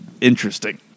interesting